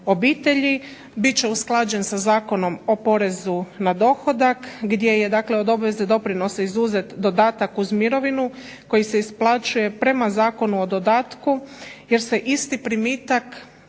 obitelji, bit će usklađen sa Zakonom o porezu na dohodak gdje je od obveza iz doprinosa izuzet dodatak uz mirovinu koji se isplaćuje prema Zakonu o dodatku, jer se isti primitak